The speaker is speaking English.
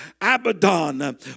Abaddon